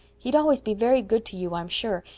he'd always be very good to you, i'm sure,